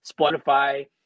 Spotify